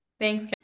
Thanks